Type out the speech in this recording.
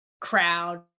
crowd